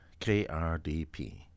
KRDP